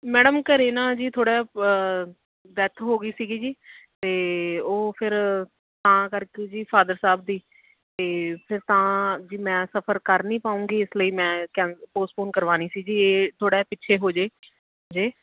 madam ਘਰ ਨਾ ਜੀ ਥੋੜ੍ਹਾ ਡੈਥ ਹੋ ਗਈ ਸੀਗੀ ਜੀ ਅਤੇ ਉਹ ਫਿਰ ਤਾਂ ਕਰਕੇ ਜੀ ਫਾਦਰ ਸਾਹਿਬ ਦੀ ਅਤੇ ਫਿਰ ਤਾਂ ਮੈਂ ਸਫਰ ਕਰ ਨਹੀਂ ਪਾਉਂਗੀ ਇਸ ਲਈ ਮੈਂ ਕੈਨ ਪੋਸਟਪੋਨ ਕਰਵਾਉਣੀ ਸੀ ਜੀ ਇਹ ਥੋੜ੍ਹਾ ਪਿੱਛੇ ਹੋ ਜਾਵੇ ਜੇ